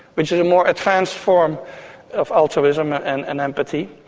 which is a more advanced form of altruism and and empathy,